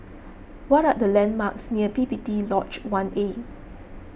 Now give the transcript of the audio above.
what are the landmarks near P P T Lodge one A